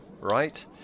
right